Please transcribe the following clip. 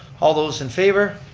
all those in favor?